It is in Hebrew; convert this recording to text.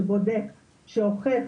שבודק, שאוכף.